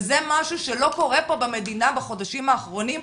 וזה משהו שלא קורה פה במדינה בחודשים האחרונים,